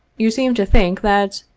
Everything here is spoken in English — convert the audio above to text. you seemed to think that,